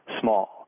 small